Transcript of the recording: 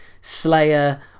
Slayer